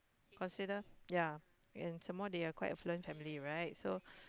consider ya and some more they are quite affluent family right so